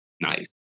nice